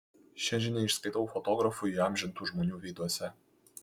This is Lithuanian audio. šią žinią išskaitau fotografų įamžintų žmonių veiduose